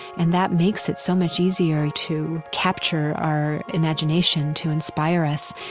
and that makes it so much easier to capture our imagination, to inspire us.